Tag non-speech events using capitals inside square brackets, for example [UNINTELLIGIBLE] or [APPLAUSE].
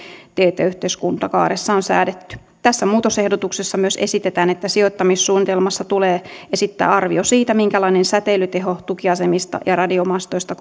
tietoyhteiskuntakaaressa on säädetty tässä muutosehdotuksessa myös esitetään että sijoittamissuunnitelmassa tulee esittää arvio siitä minkälainen säteilyteho tukiasemista ja radiomastoista [UNINTELLIGIBLE]